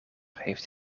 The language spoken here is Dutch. heeft